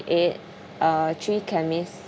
eight uh three chemists